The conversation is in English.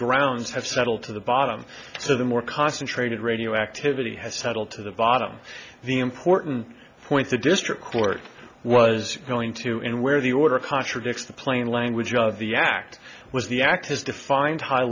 grounds have settled to the bottom so the more concentrated radioactivity has settled to the bottom the important point the district court was going to and where the order contradicts the plain language of the act was the act has defined high